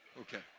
Okay